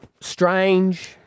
strange